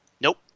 Nope